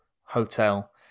Hotel